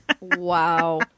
Wow